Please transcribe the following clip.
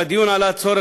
כולכם תטפחו על כתפו.